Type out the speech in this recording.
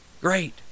great